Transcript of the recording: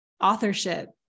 authorship